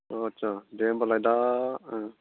आस्सा दे होमब्लालाय दा